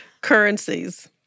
currencies